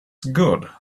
good